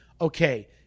okay